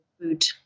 food